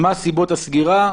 מה סיבות הסגירה,